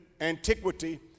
antiquity